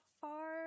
far